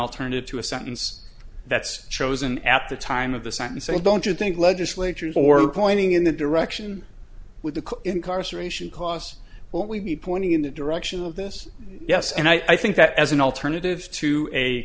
alternative to a sentence that's chosen at the time of the sentencing don't you think legislatures for that pointing in the direction with the incarceration costs will we be pointing in the direction of this yes and i think that as an alternative to a